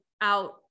out